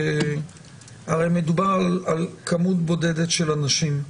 הרי מדובר על כמות בודדת של אנשים.